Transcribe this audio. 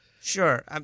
Sure